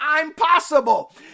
impossible